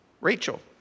Rachel